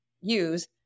use